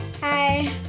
Hi